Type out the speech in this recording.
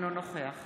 אינו נוכח